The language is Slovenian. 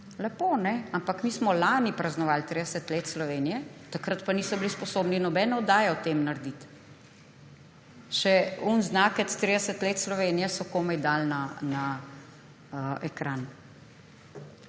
Lepo! Ampak mi smo lani praznovali 30 let Slovenije, takrat pa niso bili sposobni nobene oddaje o tem narediti. Še tisti znakec 30 let Slovenije so komaj dali na ekran.